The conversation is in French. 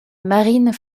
marine